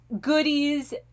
goodies